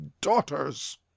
daughters